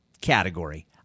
category